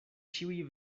ĉiuj